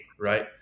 right